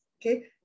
okay